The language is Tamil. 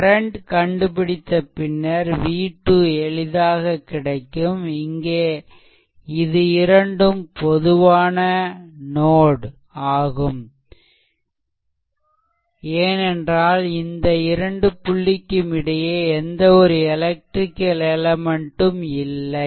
கரண்ட் கண்டுபிடித்த பின்னர் V2 எளிதாக கிடைக்கும்இங்கே இது இரண்டும் பொதுவான நோட் ஆகும் ஏனென்றால் இந்த இரண்டு புள்ளிக்கும் இடையே எந்த ஒரு எலெக்ட்ரிக்கல் எலெமென்ட் ம் இல்லை